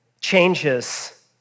changes